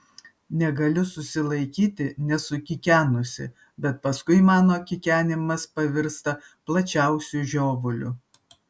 negaliu susilaikyti nesukikenusi bet paskui mano kikenimas pavirsta plačiausiu žiovuliu